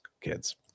kids